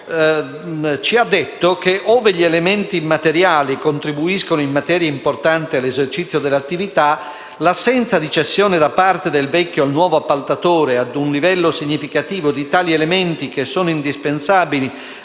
ci ha detto che, ove gli elementi materiali contribuiscano in maniera importante all'esercizio dell'attività, l'assenza di cessione da parte del vecchio al nuovo appaltatore di un livello significativo di tali elementi che sono indispensabili